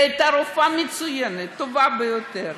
היא הייתה רופאה מצוינת, טובה ביותר.